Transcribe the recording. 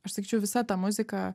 aš sakyčiau visa ta muzika